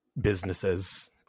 businesses